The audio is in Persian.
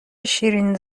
شیرین